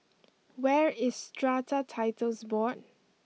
where is Strata Titles Board